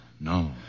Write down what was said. No